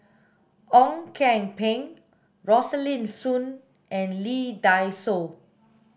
Ong Kian Peng Rosaline Soon and Lee Dai Soh